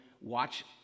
watch